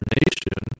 nation